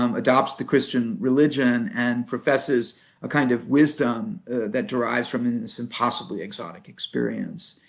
um adopts the christian religion, and professes a kind of wisdom that derives from this impossibly exotic experience.